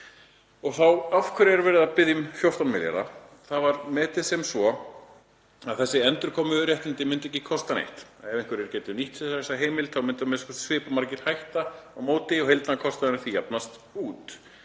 Og af hverju er verið að biðja um 14 milljarða? Það var metið sem svo að þessi endurkomuréttindi myndu ekki kosta neitt. Ef einhverjir gætu nýtt sér þessa heimild þá myndu a.m.k. svipað margir hætta á móti og heildarkostnaðurinn því jafnast út.